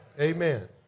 Amen